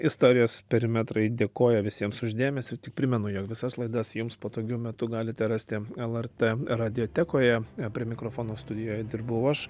istorijos perimetrai dėkoja visiems už dėmesį ir tik primenu jog visas laidas jums patogiu metu galite rasti lrt radiotekoje prie mikrofono studijoje dirbau aš